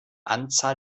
anzahl